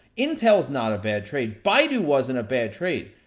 intel is not a bad trade, bidu wasn't a bad trade.